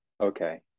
Okay